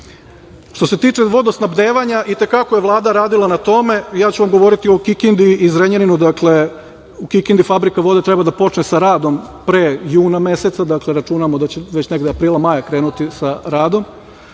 se tiče vodosnabdevanja, i te kako je Vlada radila o tome. Ja ću vam govoriti o Kikindi i Zrenjaninu. Dakle, u Kikindi fabrika vode treba da počne sa radom pre juna meseca. Računamo da će već negde aprila-maja krenuti sa radom,